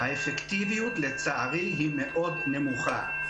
האפקטיביות לצערי היא מאוד נמוכה.